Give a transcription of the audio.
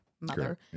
mother